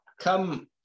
come